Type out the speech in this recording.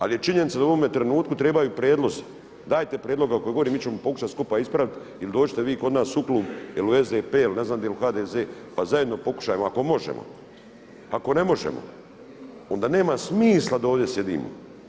Ali je činjenica da u ovome trenutku trebaju prijedlozi, dajte prijedloge o kojima govorite, mi ćemo pokušati skupa ispraviti ili dođite vi kod nas u klub ili u SDP, ili ne znam gdje, ili u HDZ pa zajedno pokušajmo ako možemo, ako ne možemo onda nema smisla da ovdje sjedimo.